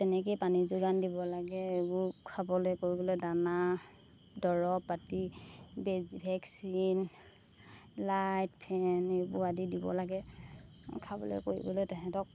তেনেকেই পানী যোগান দিব লাগে এইবোৰ খাবলৈ কৰিবলৈ দানা দৰৱ পাতি বেজী ভেকচিন লাইট ফেন এইবোৰ আদি দিব লাগে খাবলৈ কৰিবলৈ তাহাঁতক